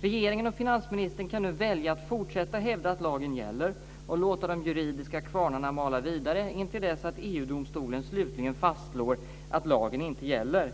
Regeringen och finansministern kan nu välja att fortsätta hävda att lagen gäller och låta de juridiska kvarnarna mala vidare intill dess att EG-domstolen slutligen fastslår att lagen inte gäller.